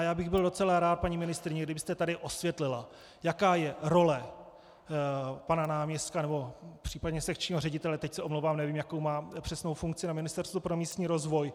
Byl bych docela rád, paní ministryně, kdybyste tady osvětlila, jaká je role pana náměstka, případně sekčního ředitele teď se omlouvám, nevím, jakou má přesně funkci na Ministerstvu pro místní rozvoj.